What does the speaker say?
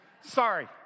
Sorry